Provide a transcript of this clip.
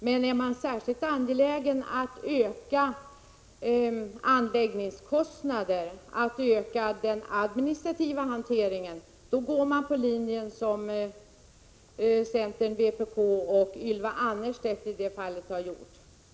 Men är man särskilt angelägen att öka anläggningskostnaderna och att öka den administrativa hanteringen, då går man på samma linje som centern, vpk och Ylva Annerstedt har gjort i detta fall.